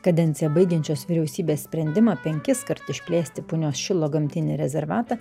kadenciją baigiančios vyriausybės sprendimą penkiskart išplėsti punios šilo gamtinį rezervatą